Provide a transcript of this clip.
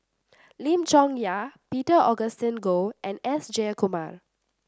Lim Chong Yah Peter Augustine Goh and S Jayakumar